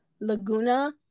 Laguna